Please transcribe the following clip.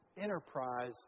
enterprise